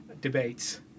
debates